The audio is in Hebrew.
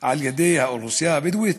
על-ידי האוכלוסייה הבדואית.